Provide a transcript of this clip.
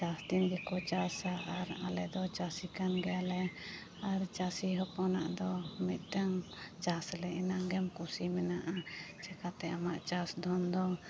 ᱪᱟᱥ ᱫᱤᱱ ᱜᱮᱠᱚ ᱪᱟᱥᱟ ᱟᱨ ᱟᱞᱮ ᱫᱚ ᱪᱟᱥᱤ ᱠᱟᱱ ᱜᱮᱭᱟᱞᱮ ᱟᱨ ᱪᱟᱥᱤ ᱦᱚᱯᱚᱱᱟᱜ ᱫᱚ ᱢᱤᱫᱴᱟᱝ ᱪᱟᱥ ᱞᱮ ᱮᱱᱟᱝᱜᱮᱢ ᱠᱩᱥᱤ ᱢᱮᱱᱟᱜᱼᱟ ᱪᱤᱠᱟᱹᱛᱮ ᱟᱢᱟᱜ ᱪᱟᱥ ᱫᱷᱚᱱ ᱫᱚ